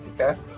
Okay